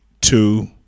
two